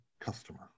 customer